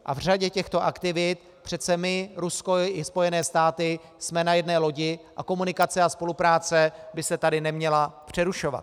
A v řadě těchto aktivit přece my, Rusko i Spojené státy jsme na jedné lodi a komunikace a spolupráce by se tady neměla přerušovat.